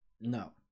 No